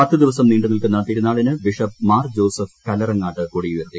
പത്തു ദിവസം നീണ്ടു നിൽക്കുന്ന തിരുനാളിന് ബിഷപ്പ് മാർ ജോസഫ് കല്ലറങ്ങാട്ട് കൊടിയുയർത്തി